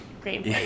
Great